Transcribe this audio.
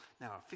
now